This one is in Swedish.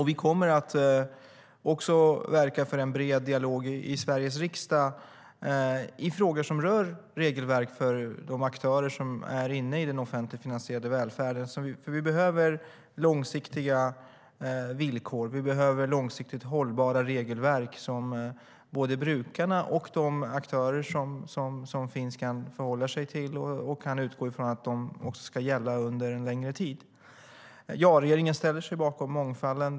Vi kommer att verka för en bred dialog i Sveriges riksdag i frågor som rör regelverk för de aktörer som är inne i den offentligt finansierade välfärden. Vi behöver långsiktiga villkor och långsiktigt hållbara regelverk som både brukarna och de aktörer som finns kan förhålla sig till. De ska också kunna utgå från att de ska gälla under en längre tid. Regeringen ställer sig bakom mångfalden.